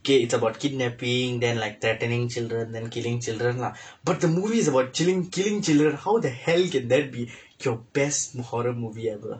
okay it's about kidnapping then like threatening children then killing children lah but the movie is about killing killing children how the hell can that be your best horror movie ever